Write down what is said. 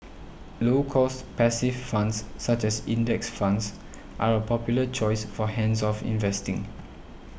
low cost passive funds such as index funds are a popular choice for hands off investing